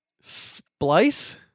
splice